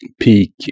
peak